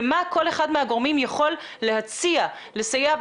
ומה כל אחד מהגורמים יכול להציע לסייע.